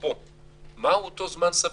פה מהו אותו זמן סביר.